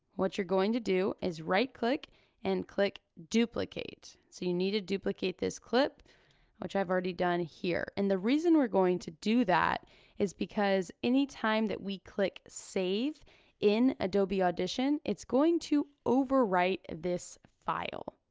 what you're going to do is right click and click duplicate. so you need to duplicate this clip which i've already done here. and the reason we're going to do that is because any time that we click save in adobe audition it's going to overwrite this file.